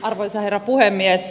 arvoisa herra puhemies